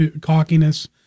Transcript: cockiness